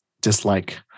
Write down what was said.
dislike